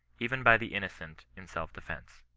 even by the innocent in self-defence.